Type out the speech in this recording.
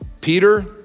Peter